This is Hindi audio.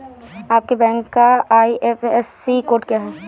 आपके बैंक का आई.एफ.एस.सी कोड क्या है?